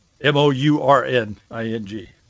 M-O-U-R-N-I-N-G